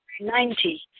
Ninety